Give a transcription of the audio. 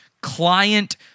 client